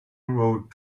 road